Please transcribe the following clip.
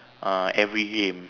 uh every game